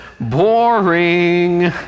Boring